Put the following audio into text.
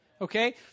Okay